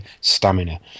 stamina